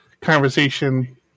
conversation